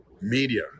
media